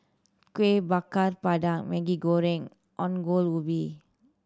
Kuih Bakar Pandan Maggi Goreng Ongol Ubi